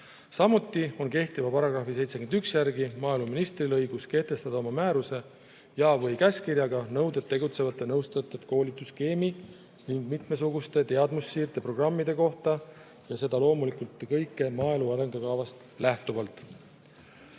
Samuti on kehtiva seaduse § 71 järgi maaeluministril õigus kehtestada oma määruse ja/või käskkirjaga nõuded tegutsevate nõustajate koolitusskeemi ning mitmesuguste teadmussiirdeprogrammide kohta ja seda loomulikult kõike maaelu arengukavast lähtuvalt. Järgmine